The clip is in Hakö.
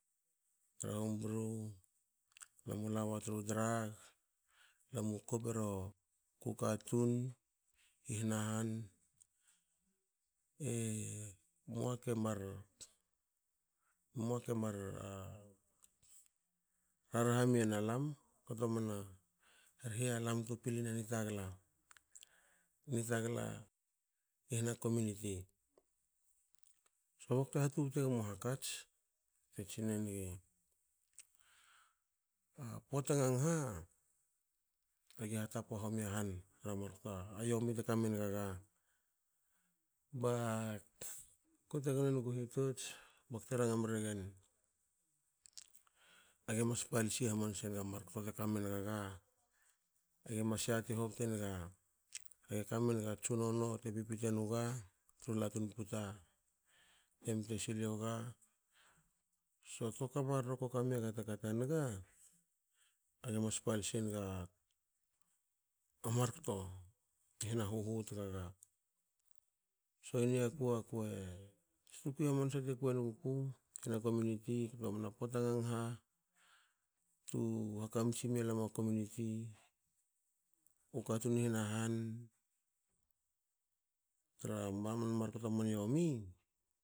Tra homru lamu lawa tru drug, lamu kop ero ku katun i hna han e mua ke mar. mua kemar rarha miyen alam ktomna rhe alam tu pilina nitagala i hna komuniti so bakte ha tubte gmu hakats tsinengi a pota ngangaha agi hatapa homia han tra markta yomi te kamengaga gnegu hitots bakte ranga mregen age mas palsi hamansenga mar kto te kamengaga. Ge mas yati hobte naga ge kamenga tsunono te pipite nuga tru latun puta te mte silioga so tuaka marro koka miaga ta ka ta niga markto i hana huhu tgaga. so i niaku tukui hamansa tekaguaku i hna kominiti ktomna pota ngangaha tu hakamtsi mialam a kominiti u katun i hna han tra man markto man yomi